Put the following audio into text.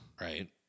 Right